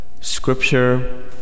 scripture